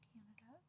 Canada